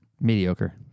mediocre